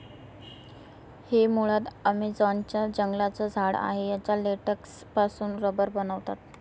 हे मुळात ॲमेझॉन च्या जंगलांचं झाड आहे याच्या लेटेक्स पासून रबर बनवतात